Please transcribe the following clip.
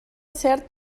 cert